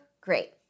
Great